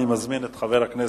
אני מזמין את חבר הכנסת